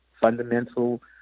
fundamental